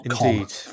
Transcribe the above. Indeed